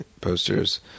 posters